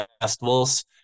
festivals